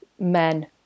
men